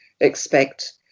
expect